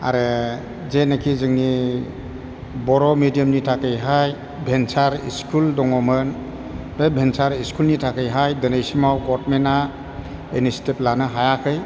आरो जेनाखि जोंनि बर' मिडियामनि थाखायहाय भेनचार स्कुल दङमोन बे भेनचार स्कुलनि थाखायहाय दिनैसिमाव गभार्नमेन्टआ इनिसिटिभ लानो हायाखै